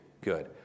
Good